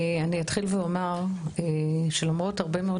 אני אתחיל ואומר שלמרות הרבה מאוד